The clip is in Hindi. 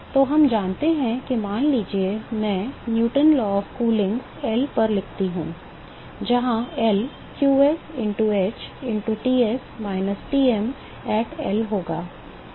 तो हम जानते हैं कि मान लीजिए कि मैं न्यूटन का शीतलन नियम Newton's law of cooling L पर लिखता हूं जहां L पर qs कुछ h into Ts minus Tm at L होगा